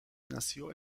nació